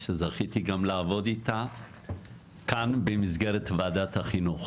שזכיתי לעבוד איתה במסגרת ועדת החינוך.